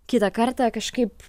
kitą kartą kažkaip